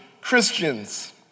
Christians